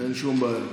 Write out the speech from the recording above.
אין שום בעיה.